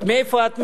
מאיפה את?